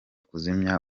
kuzimya